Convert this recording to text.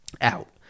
out